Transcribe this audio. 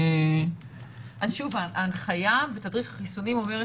אז שוב ההנחיה בתדריך החיסונים אומרת